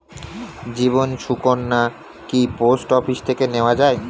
জীবন সুকন্যা কি post office থেকে নেওয়া যায়?